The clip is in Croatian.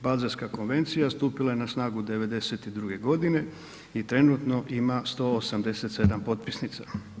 Baselska Konvencija stupila je na snagu '92.g. i trenutno ima 187 potpisnica.